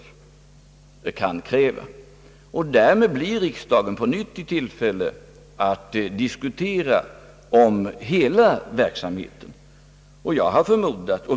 Därmed blir riksdagen på nytt i tillfälle att diskutera hela verksamheten.